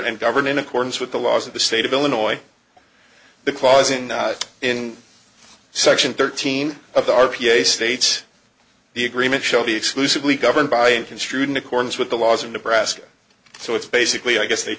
and govern in accordance with the laws of the state of illinois the clause in in section thirteen of the r p a state the agreement shall be exclusively governed by and construed in accordance with the laws of nebraska so it's basically i guess they